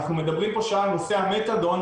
אנחנו מדברים על נושא המתדון,